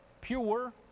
pure